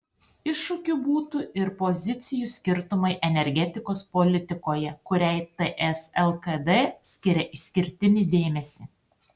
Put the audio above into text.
iššūkiu būtų ir pozicijų skirtumai energetikos politikoje kuriai ts lkd skiria išskirtinį dėmesį